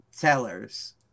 tellers